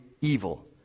evil